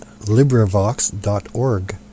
LibriVox.org